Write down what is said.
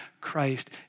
Christ